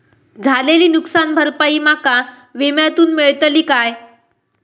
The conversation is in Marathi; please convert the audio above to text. झालेली नुकसान भरपाई माका विम्यातून मेळतली काय?